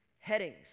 headings